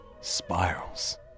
spirals